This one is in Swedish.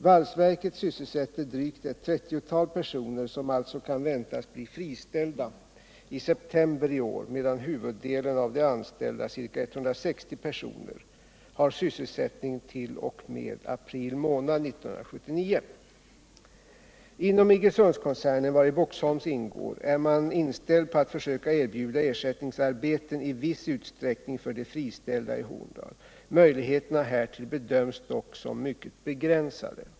Valsverket sysselsätter drygt ett trettiotal personer som alltså kan väntas bli friställda i september i år, medan huvuddelen av de anställda, ca 160 personer, har sysselsättning t.o.m. april månad 1979. Inom Iggesundskoncernen, vari Boxholm ingår, är man inställd på att försöka erbjuda ersättningsarbeten i viss utsträckning för de friställda i Horndal. Möjligheterna härtill bedöms dock som mycket begränsade.